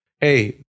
hey